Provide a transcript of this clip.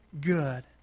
good